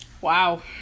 Wow